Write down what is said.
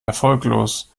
erfolglos